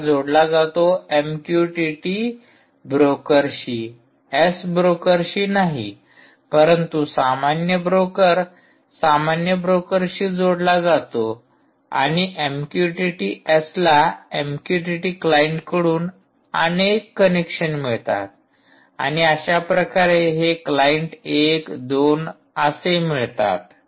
हा जोडला जातो एमक्यूटीटी ब्रोकरशी एस ब्रोकरशी नाही परंतु सामान्य ब्रोकर सामान्य ब्रोकरशी जोडला जातो आणि एमक्यूटीटी एसला एमक्यूटीटी क्लाईंटकडून अनेक कनेक्शन मिळतात आणि अशाप्रकारे हे क्लाइंट १ क्लाइंट २ असे मिळतात